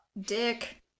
Dick